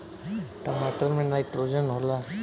टमाटर मे नाइट्रोजन होला?